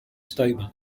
statement